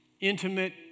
intimate